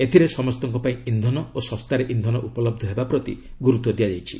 ଏଥିରେ ସମସ୍ତଙ୍କ ପାଇଁ ଇନ୍ଧନ ଓ ଶସ୍ତାରେ ଇନ୍ଧନ ଉପଲହ୍ଧ ହେବା ପ୍ରତି ଗୁରୁତ୍ୱ ଦିଆଯାଇଛି